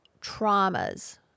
traumas